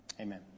Amen